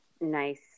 nice